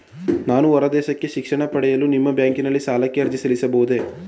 ನಾನು ಹೊರದೇಶಕ್ಕೆ ಶಿಕ್ಷಣ ಪಡೆಯಲು ನಿಮ್ಮ ಬ್ಯಾಂಕಿನಲ್ಲಿ ಸಾಲಕ್ಕೆ ಅರ್ಜಿ ಸಲ್ಲಿಸಬಹುದೇ?